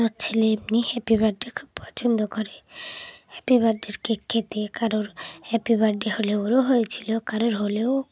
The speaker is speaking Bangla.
আমার ছেলে এমনি হ্যাপি বার্থডে খুব পছন্দ করে হ্যাপি বার্থডের কেক খেতে কারোর হ্যাপি বার্থডে হলে ওরও হয়েছিলো কারোর হলেও